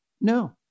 No